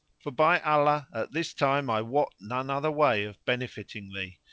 for by allah at this time i wot none other way of benefiting thee,